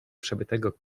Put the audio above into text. przebytego